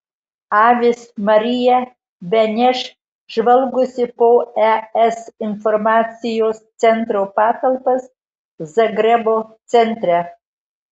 avis marija beneš žvalgosi po es informacijos centro patalpas zagrebo centre